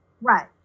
Right